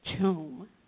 tomb